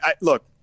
look